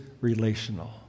relational